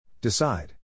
Decide